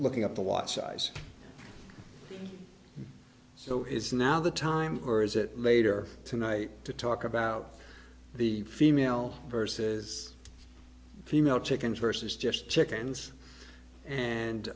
looking up the watch size so is now the time or is it later tonight to talk about the female versus female chickens versus just chickens and